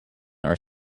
are